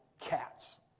cats